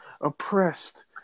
oppressed